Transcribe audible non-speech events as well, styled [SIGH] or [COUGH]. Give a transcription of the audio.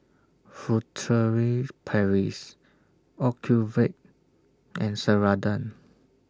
Furtere [NOISE] Paris Ocuvite and Ceradan